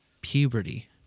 Puberty